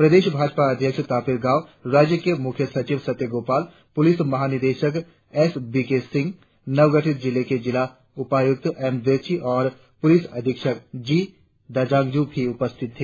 प्रदेश भाजपा अध्यक्ष तापिर गाव राज्य के मुख्य सचिव सत्य गोपाल पुलिस महानिदेशक एस बी के सिंह नव गठित जिले के जिला उपायुक्त एम दिरची और पुलिस अधीक्षक जी डाजांगजू भी उपस्थित थे